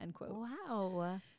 wow